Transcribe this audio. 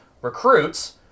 recruits